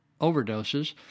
overdoses